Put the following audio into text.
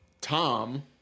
Tom